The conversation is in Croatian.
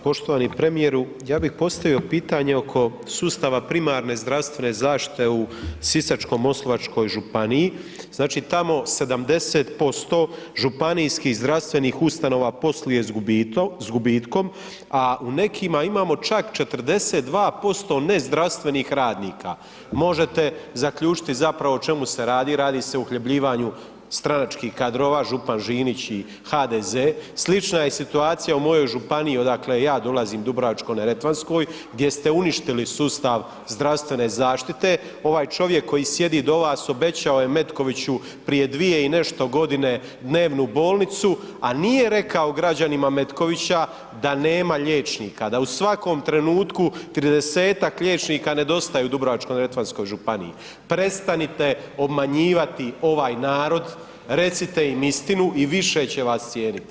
Poštovani premijeru, ja bih postavio pitanje oko sustava primarne zdravstvene zaštite u Sisačko-moslavačkoj županiji, znači tamo 70% županijskih zdravstvenih ustanova posluje s gubitkom, a u nekima imamo čak 42% nezdravstvenih radnika, možete zaključiti zapravo o čemu se radi, radi se o uhljebljivanju stranačkih kadrova, župan Žinić i HDZ, slična je i situacija u mojoj županiji, odakle ja dolazim, Dubrovačko-neretvanskoj gdje ste uništili sustav zdravstvene zaštite, ovaj čovjek koji sjedi do vas obećao je Metkoviću prije dvije i nešto godine dnevnu bolnicu, a nije rekao građanima Metkovića da nema liječnika, da u svakom trenutku 30-tak liječnika nedostaje u Dubrovačko-neretvanskoj županiji, prestanite obmanjivati ovaj narod, recite im istinu i više će vas cijeniti.